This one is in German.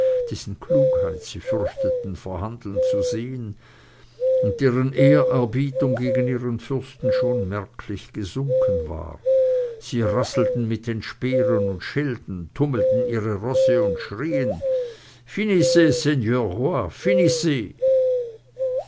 dessen klugheit sie fürchteten verhandeln zu sehen und deren ehrerbietung gegen ihren fürsten schon merklich gesunken war sie rasselten mit den speeren und schilden tummelten ihre rosse und schrieen